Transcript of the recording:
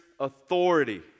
authority